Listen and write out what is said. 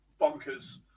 bonkers